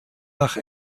nach